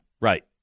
Right